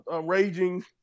raging